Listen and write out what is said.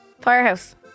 Firehouse